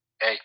Hey